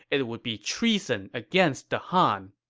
it would be treason against the han.